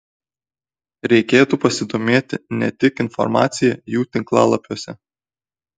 reikėtų pasidomėti ne tik informacija jų tinklalapiuose